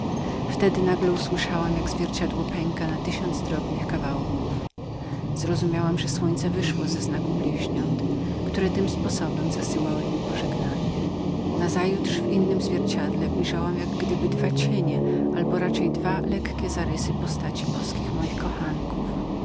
wtedy nagle usłyszałam jak zwierciadło pękało w tysiąc drobnych kawałków zrozumiałam że słońce wyszło ze znaku bliźniąt które tym sposobem zasyłały mi pożegnanie nazajutrz w innem zwierciedle ujrzałam jak gdyby dwa cienie albo raczej dwa lekkie zarysy postaci boskich moich kochanków